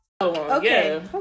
Okay